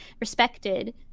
respected